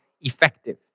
effective